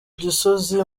gisozi